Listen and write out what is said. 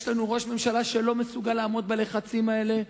יש לנו ראש ממשלה שלא מסוגל לעמוד בלחצים האלה,